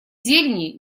зелени